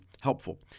helpful